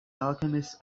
alchemist